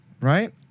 right